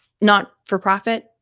not-for-profit